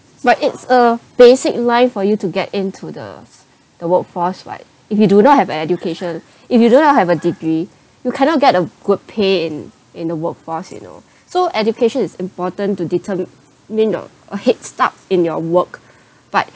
but it's a basic life for you to get into the the workforce right if you do not have an education if you do not have a degree you cannot get a good pay in in the workforce you know so education is important to determine your a headstart in your work but